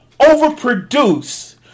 overproduce